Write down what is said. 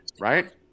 right